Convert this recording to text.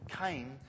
came